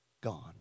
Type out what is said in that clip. gone